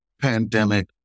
pandemic